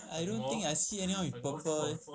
I don't think I see anyone with purple eh